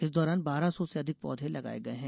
इस दौरान बारह सौ से अधिक पौधे लगाए गये है